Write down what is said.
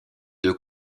deux